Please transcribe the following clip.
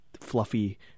fluffy